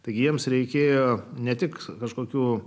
taigi jiems reikėjo ne tik kažkokių